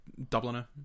Dubliner